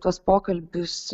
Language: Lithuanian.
tuos pokalbius